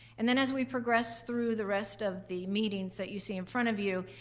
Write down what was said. and then as we progress through the rest of the meetings that you see in front of you,